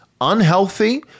unhealthy